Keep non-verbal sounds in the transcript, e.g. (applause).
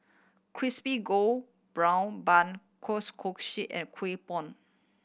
crispy gold brown bun kueh (unintelligible) kosui and Kueh Bom